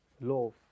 Love